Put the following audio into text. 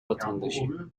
vatandaşı